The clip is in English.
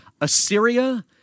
Assyria